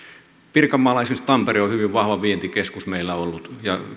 pirkanmaalla esimerkiksi tampere on meillä ollut hyvin vahva vientikeskus ja